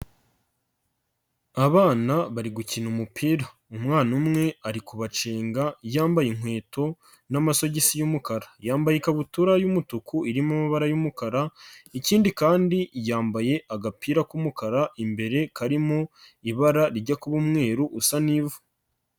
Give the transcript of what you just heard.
Abana bari gukina umupira umwana, umwe ari kubacenga yambaye inkweto n'amasogisi y'umukara, yambaye ikabutura y'umutuku irimo amabara y'umukara, ikindi kandi yambaye agapira k'umukara imbere karimo ibara rijya kuba umweru usa n'ivu.